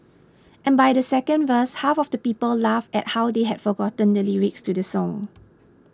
and by the second verse half of the people laughed at how they have forgotten the lyrics to the song